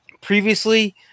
previously